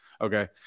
Okay